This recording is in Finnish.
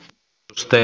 hän uskoi